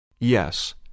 Yes